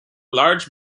large